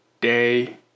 day